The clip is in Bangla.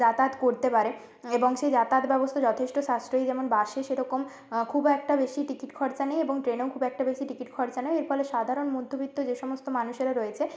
যাতায়াত করতে পারে এবং সেই যাতায়াত ব্যবস্থা যথেষ্ট সাশ্রয়ী যেমন বাসে সেরকম খুব একটা বেশি টিকিট খরচা নেই এবং ট্রেনেও খুব একটা বেশি টিকিট খরচা নেই এর ফলে সাধারণ মধ্যবিত্ত যে সমস্ত মানুষেরা রয়েছে